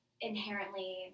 inherently